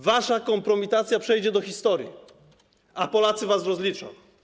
Wasza kompromitacja przejdzie do historii, a Polacy wasz rozliczą.